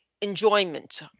enjoyment